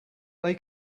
they